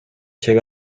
чек